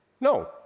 No